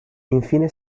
infine